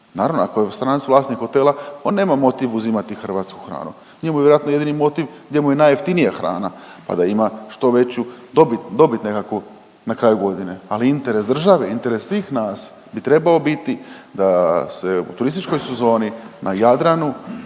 Naravno ako je stranac vlasnik hotela on nema motiv uzimati hrvatsku hranu. Njemu je vjerojatno jedini motiv gdje mu je najjeftinija hrana pa da ima što veću dobit nekakvu na kraju godine. Ali interes države, interes svih nas bi trebao biti da se u turističkoj sezoni na Jadranu